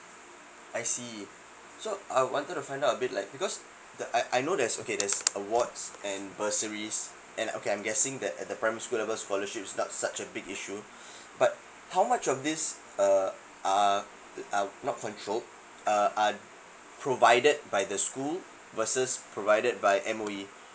I see so I wanted to find out a bit like because the I I know there's okay there's awards and bursaries and um okay I'm guessing that at the primary school level scholarships got such a big issue but how much of this uh ah uh not controlled uh ah provided by the school versus provided by M_O_E